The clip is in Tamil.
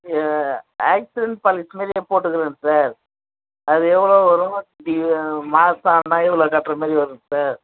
ஆ ஆக்சிடெண்ட் பாலிசி மாதிரியே போட்டுக்கிறேன் சார் அது எவ்வளோ வரும் டுயூ ஆ மாதம் ஆனால் எவ்வளோ கட்டுற மாதிரி வருங்க சார்